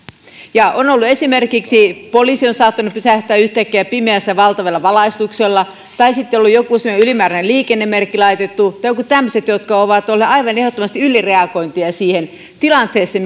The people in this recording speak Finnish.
esimerkiksi poliisi on saattanut pysähtyä yhtäkkiä pimeässä valtavalla valaistuksella tai sitten on joku semmoinen ylimääräinen liikennemerkki laitettu tai jotkut tämmöiset mitkä ovat olleet aivan ehdottomasti ylireagointia siihen tilanteeseen